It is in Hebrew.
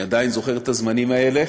אני עדיין זוכר את הזמנים האלה,